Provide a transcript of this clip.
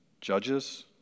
Judges